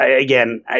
again